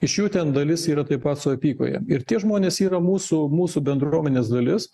iš jų ten dalis yra taip pat su apykoje ir tie žmonės yra mūsų mūsų bendruomenės dalis